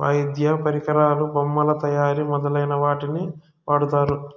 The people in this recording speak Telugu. వాయిద్య పరికరాలు, బొమ్మల తయారీ మొదలైన వాటికి వాడతారు